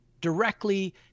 directly